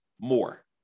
more